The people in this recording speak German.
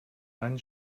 einen